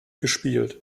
gespielt